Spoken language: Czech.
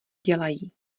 dělají